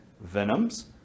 venoms